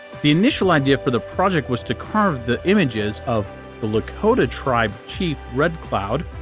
the initial idea for the project was to carve the images of the lakota tribe chief red cloud,